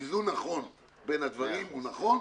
איזון נכון בין הדברים הוא נכון.